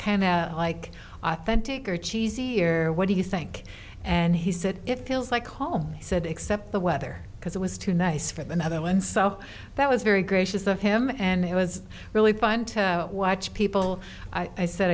like authentic or cheesy here what do you think and he said it feels like home he said except the weather because it was too nice for the other one so that was very gracious of him and it was really fun to watch people i said